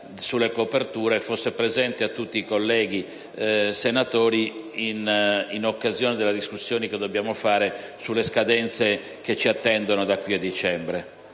sulle coperture fosse presente a tutti i colleghi senatori in occasione della discussione che dobbiamo fare sulle scadenze che ci attendono da qui a dicembre.